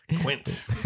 Quint